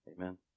Amen